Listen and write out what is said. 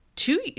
Two